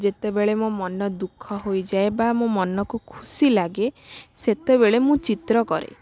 ଯେତେବେଳେ ମୋ ମନ ଦୁଃଖ ହୋଇଯାଏ ବା ମୋ ମନକୁ ଖୁସି ଲାଗେ ସେତେବେଳେ ମୁଁ ଚିତ୍ର କରେ